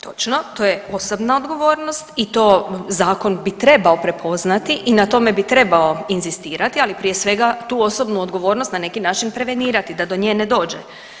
Točno, to je osobna odgovornost i to zakon bi trebao prepoznati i na tome bi trebao inzistirati, ali prije svega tu osobnu odgovornost na neki način prevenirati da do nje ne dođe.